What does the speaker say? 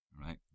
right